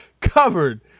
covered